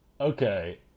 Okay